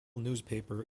newspaper